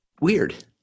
weird